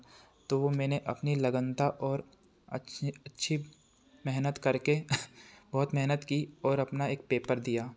तो मैंने अपनी लगन और अच्छी अच्छी मेहनत करके बहुत मेहनत की और अपना एक पेपर दिया